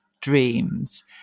dreams